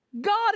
God